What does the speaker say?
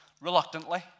reluctantly